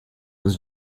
dans